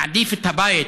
נעדיף את הבית